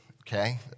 okay